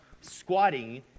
squatting